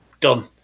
done